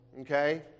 Okay